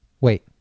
wait